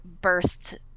burst